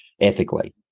ethically